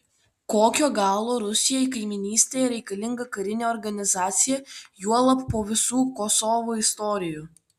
kokio galo rusijai kaimynystėje reikalinga karinė organizacija juolab po visų kosovo istorijų